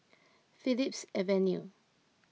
Phillips Avenue